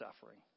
suffering